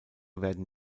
werden